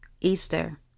Easter